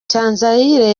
cyanzayire